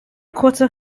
kurze